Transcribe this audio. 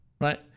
Right